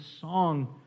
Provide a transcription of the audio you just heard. song